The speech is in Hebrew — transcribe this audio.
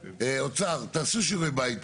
אוצר, תעשו שיעורי בית.